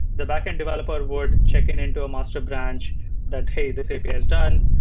the backend developer would check in into a master branch that, hey, this api is done.